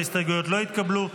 ההסתייגויות לא התקבלו.